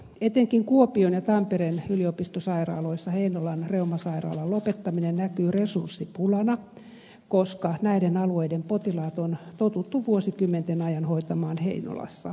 etenkin kuopion ja tampereen yliopistosairaaloissa heinolan reumasairaalan lopettaminen näkyy resurssipulana koska näiden alueiden potilaat on totuttu vuosikymmenten ajan hoitamaan heinolassa